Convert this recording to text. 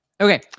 Okay